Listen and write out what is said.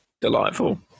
Delightful